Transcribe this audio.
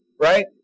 right